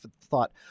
thought